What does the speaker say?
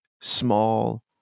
small